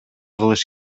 кылыш